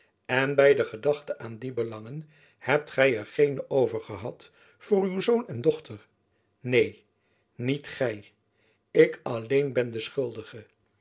en by de gedachten aan die belangen hebt gy er geene over gehad voor uw zoon en dochter neen niet gy ik alleen ben de schuldige